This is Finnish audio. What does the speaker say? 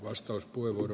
arvoisa puhemies